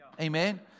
Amen